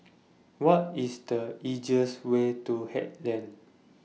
What IS The easiest Way to Haig Lane